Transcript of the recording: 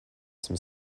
some